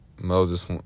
moses